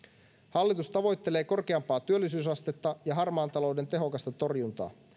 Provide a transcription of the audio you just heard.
hallitus tavoittelee korkeampaa työllisyysastetta ja harmaan talouden tehokasta torjuntaa